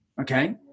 okay